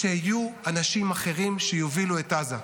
כשיהיו אנשים אחרים שיובילו את עזה,